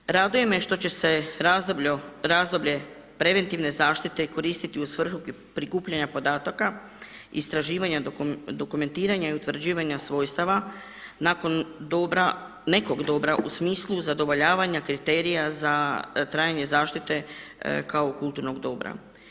Dakle, raduje me što će se razdoblje preventivne zaštite koristiti u svrhu prikupljanja podataka, istraživanja dokumentiranja i utvrđivanja svojstava nakon dobra, nekog dobra u smislu zadovoljavanja kriterija za trajanje zaštite kao kulturnog dobra.